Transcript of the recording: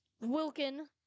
Wilkin